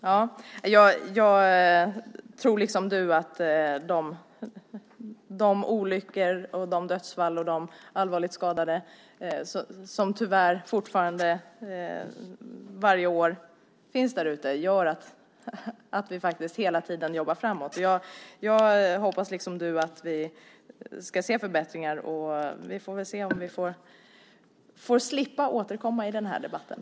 Herr talman! Jag tror liksom du att de olyckor, med dödsfall och allvarligt skadade, som tyvärr fortfarande varje år sker gör att vi hela tiden fortfarande jobbar framåt. Jag hoppas liksom du att vi ska se förbättringar. Vi få väl se om vi får slippa återkomma till den här debatten.